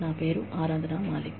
నా పేరు ఆరాధన మాలిక్